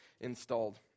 installed